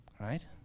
right